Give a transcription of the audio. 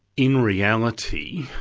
in reality,